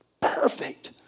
perfect